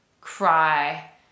cry